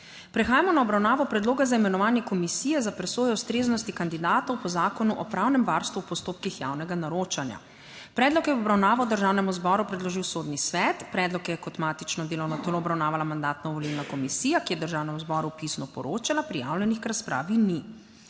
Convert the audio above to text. Prehajamo na obravnavo Predloga za imenovanje Komisije za presojo ustreznosti kandidatov po Zakonu o pravnem varstvu v postopkih javnega naročanja. Predlog je v obravnavo Državnemu zboru predložil Sodni svet. Predlog je kot matično delovno telo obravnavala mandatno-volilna komisija, ki je Državnemu zboru pisno poročala. Prijavljenih k razpravi ni.